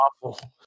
awful